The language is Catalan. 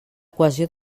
cohesió